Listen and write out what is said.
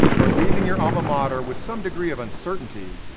or leaving your alma mater with some degree of uncertainty,